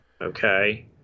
Okay